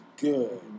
good